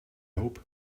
hope